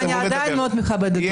ואני עדיין מאוד מכבדת אותך, יהודה.